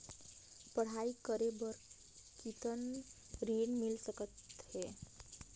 पढ़ाई करे बार कितन ऋण मिल सकथे?